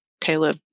Taylor